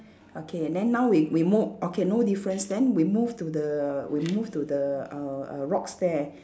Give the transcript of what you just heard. okay then now we we mo~ okay no difference then we move to the we move to the err err rocks there